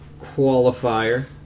Qualifier